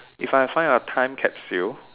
if I find a time capsule